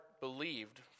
believed